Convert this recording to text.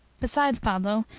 besides, pablo,